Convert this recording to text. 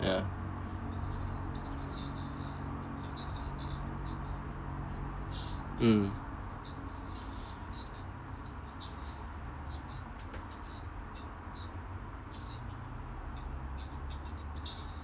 ya mm